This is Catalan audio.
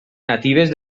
natives